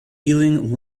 ealing